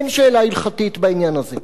אין שאלה הלכתית בעניין הזה.